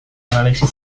analisi